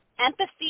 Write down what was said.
empathy